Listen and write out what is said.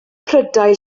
prydau